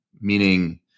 meaning